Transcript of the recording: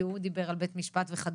כי הוא דיבר על בית משפט וכדומה,